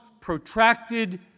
protracted